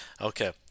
Okay